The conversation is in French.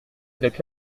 avec